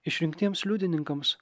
išrinktiems liudininkams